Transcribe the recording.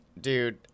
Dude